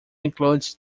includes